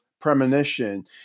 premonition